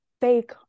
fake